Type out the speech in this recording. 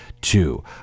two